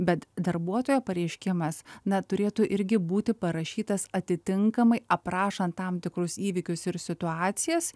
bet darbuotojo pareiškimas na turėtų irgi būti parašytas atitinkamai aprašant tam tikrus įvykius ir situacijas